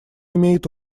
имеет